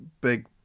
big